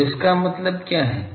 तो इसका मतलब क्या है